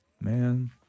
man